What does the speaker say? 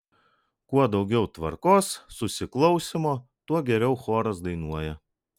kuo daugiau tvarkos susiklausymo tuo geriau choras dainuoja